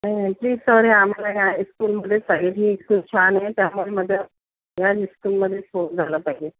please sir हे आम्हाला ह्या हायस्कूलमध्येच पाहिजे ही स्कूल छान आहे त्यामुळे माझ्या ह्या इस्कुलमध्येच हो झालं पाहिजे